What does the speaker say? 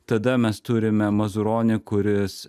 tada mes turime mazuronį kuris